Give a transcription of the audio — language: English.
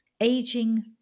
aging